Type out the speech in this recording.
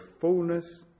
fullness